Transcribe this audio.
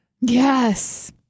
Yes